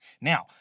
Now